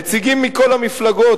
"נציגים מכל המפלגות,